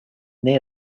near